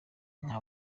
nka